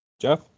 Jeff